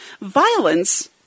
Violence